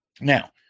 Now